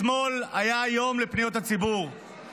אתמול היה יום לפניות הציבור,